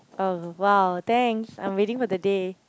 oh !wow! thanks I'm waiting for the day